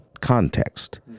context